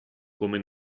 come